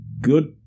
good